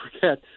forget